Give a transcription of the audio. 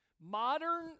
modern